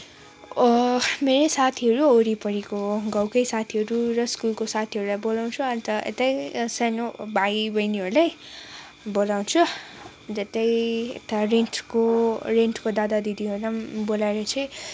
मेरै साथीहरू वरिपरिको गाउँकै साथीहरू र स्कुलको साथीहरूलाई बोलाउँछु अन्त यतै सानो भाइ बहिनीहरूलाई बोलाउँछु अन्त त्यही रेन्टको रेन्टको दादा दिदीहरूलाई पनि बोलाएर चाहिँ